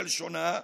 כלשונה,